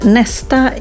nästa